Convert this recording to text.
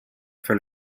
for